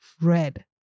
red